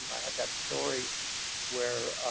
i had that story where